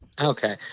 Okay